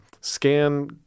scan